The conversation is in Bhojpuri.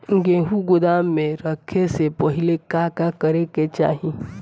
गेहु गोदाम मे रखे से पहिले का का करे के चाही?